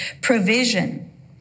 provision